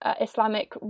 Islamic